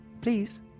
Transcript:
Please